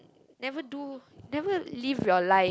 never do never live your life